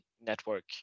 network